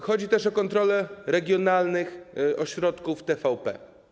Chodzi też o kontrole regionalnych ośrodków TVP.